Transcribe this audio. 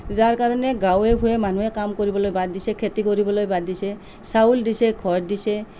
যাৰ কাৰণে গাঁৱে ভূঞে মানুহে কাম কৰিবলৈ বাদ দিছে খেতি কৰিবলৈ বাদ দিছে চাউল দিছে ঘৰ দিছে